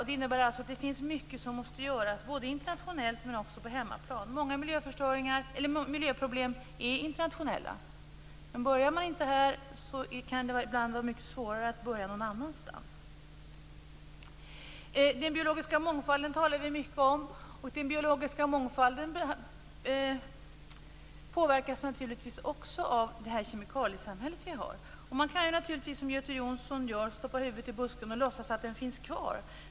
Det innebär att det finns mycket som måste göras både internationellt och på hemmaplan. Många miljöproblem är internationella. Men börjar man inte här hemma, kan det ibland vara mycket svårare att börja någon annanstans. Vi talar mycket om den biologiska mångfalden, och den påverkas naturligtvis också av det kemikaliesamhälle vi har. Man kan naturligtvis som Göte Jonsson stoppa huvudet i busken och låtsas att den biologiska mångfalden finns kvar.